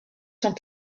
sont